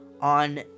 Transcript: on